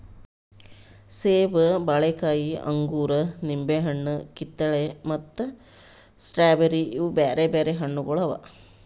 ಸೇಬ, ಬಾಳೆಕಾಯಿ, ಅಂಗೂರ, ನಿಂಬೆ ಹಣ್ಣು, ಕಿತ್ತಳೆ ಮತ್ತ ಸ್ಟ್ರಾಬೇರಿ ಇವು ಬ್ಯಾರೆ ಬ್ಯಾರೆ ಹಣ್ಣುಗೊಳ್ ಅವಾ